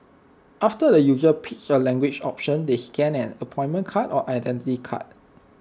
after the user picks A language option they scan an appointment card or Identity Card